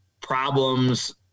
problems